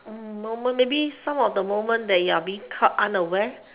moment maybe some of the moment that you are being caught unaware